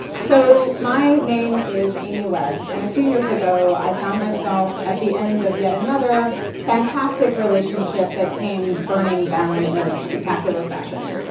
so my name is amy webb, and a few years ago i found myself at the end of yet another fantastic relationship that came burning down in a spectacular fashion.